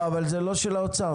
אבל זה לא של האוצר.